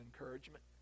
encouragement